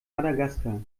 madagaskar